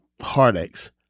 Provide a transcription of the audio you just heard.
heartaches